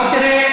בוא תראה,